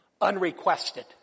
unrequested